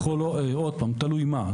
תלוי מה,